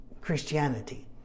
Christianity